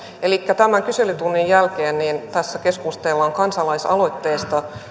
elikkä tämän kyselytunnin jälkeen tässä keskustellaan kansalaisaloitteesta